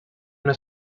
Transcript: una